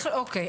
אוקיי.